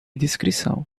discrição